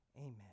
Amen